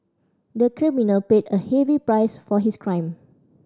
the criminal paid a heavy price for his crime